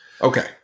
Okay